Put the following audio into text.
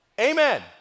Amen